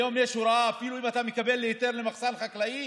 היום יש הוראה שאפילו אם אתה מקבל היתר למחסן חקלאי,